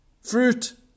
Fruit